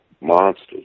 monsters